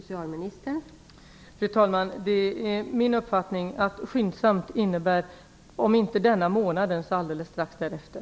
Fru talman! Det är min uppfattning att skyndsamt innebär, om inte denna månad, så alldeles strax därefter.